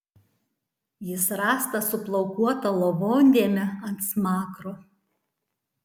jis rastas su plaukuota lavondėme ant smakro